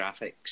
graphics